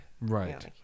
Right